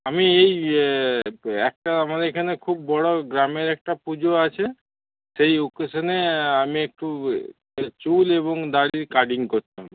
আমি এই একটা আমার এখানে খুব বড়ো গ্রামের একটা পুজো আছে সেই অকেশনে আমি একটু চুল এবং দাড়ি কাটিং করতাম